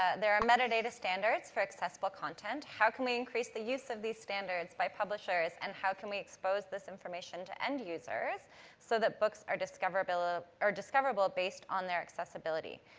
ah there are metadata standards for accessible content. how can we increase the use of these standards by publishers and how can we expose this information to end users so that books are discoverable ah are discoverable based on their accessibility?